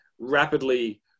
rapidly